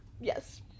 yes